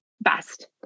best